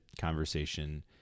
conversation